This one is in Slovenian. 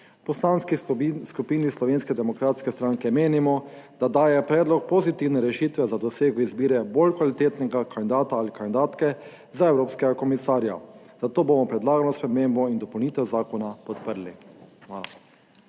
Poslanski skupini Slovenske demokratske stranke menimo, da daje predlog pozitivne rešitve za dosego izbire bolj kvalitetnega kandidata ali kandidatke za evropskega komisarja, zato bomo predlagano spremembo in dopolnitev zakona podprli. Hvala.